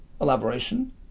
elaboration